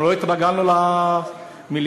אנחנו לא התרגלנו למיליארדים.